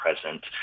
present